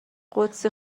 قدسی